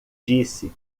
disse